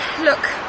Look